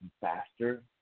faster